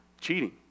cheating